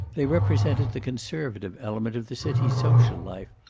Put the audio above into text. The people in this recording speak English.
they represented the conservative element of the city's social life,